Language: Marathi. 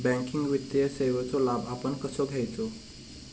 बँकिंग वित्तीय सेवाचो लाभ आपण कसो घेयाचो?